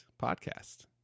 podcast